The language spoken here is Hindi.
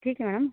ठीक है मैडम